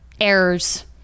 errors